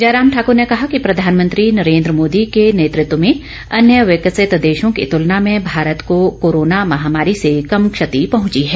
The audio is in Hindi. जयराम ठाकर ने कहा कि प्रधानमंत्री नरेन्द्र मोदी के नेतृत्व में अन्य विकसित देशों की तुलना मे भारत को कोरोना महामारी से कम क्षति पहुंची है